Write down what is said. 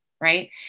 right